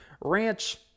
ranch